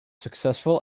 successful